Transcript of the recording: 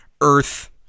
earth